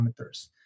parameters